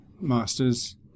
master's